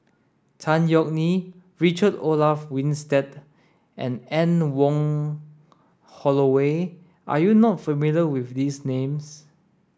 Tan Yeok Nee Richard Olaf Winstedt and Anne Wong Holloway are you not familiar with these names